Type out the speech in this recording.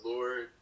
Lord